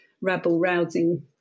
rabble-rousing